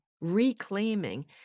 reclaiming